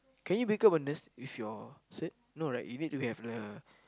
can you become a nurse with your cert no right you need to have the